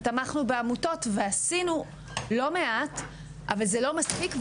תמכנו בעמותות ועשינו לא מעט אבל זה לא מספיק.